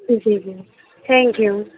جی جی thank you